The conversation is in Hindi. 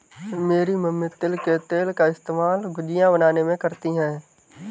मेरी मम्मी तिल के तेल का इस्तेमाल गुजिया बनाने में करती है